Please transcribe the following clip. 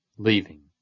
leaving